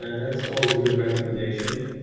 that's always a good recommendation.